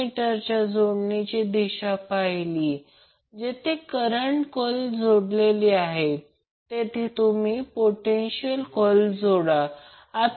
म्हणून जर हे पाहिले तर P1 VAN A Ia cosine VAN Ia VAN हे 0 रेफरेन्स आहे आणि Ia देखील 0 आहे